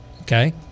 okay